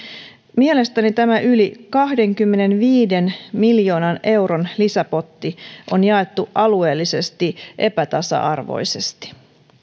mielestäni tämä yli kahdenkymmenenviiden miljoonan euron lisäpotti on jaettu alueellisesti epätasa arvoisesti